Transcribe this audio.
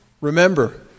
Remember